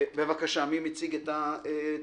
בבקשה, מי מציג את התקנות?